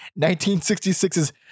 1966's